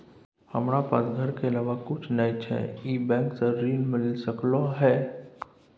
हमरा पास घर के अलावा कुछ नय छै ई बैंक स ऋण मिल सकलउ हैं?